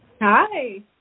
Hi